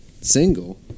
single